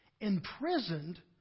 imprisoned